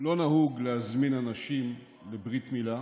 לא נהוג להזמין אנשים לברית מילה